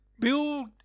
build